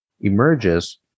emerges